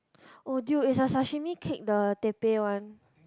oh dude is the sashimi cake the Teppei one